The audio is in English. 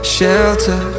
Shelter